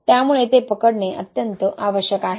त्यामुळे ते पकडणे अत्यंत आवश्यक आहे